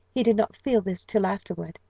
he did not feel this till afterward.